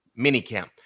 minicamp